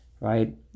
right